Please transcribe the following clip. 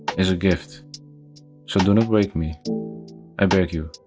is a gift so do not wake me i beg you,